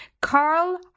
carl